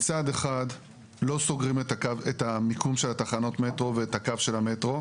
מצד אחד לא סוגרים את הקו את המיקום של התחנות מטרו ואת הקו של המטרו,